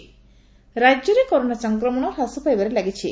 corona Odisha ରାଜ୍ୟରେ corona ସଂକ୍ରମଣ ହ୍ରାସ ପାଇବାରେ ଲାଗିଛି